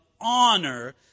honor